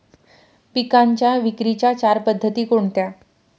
पिकांच्या विक्रीच्या चार पद्धती कोणत्या?